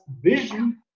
vision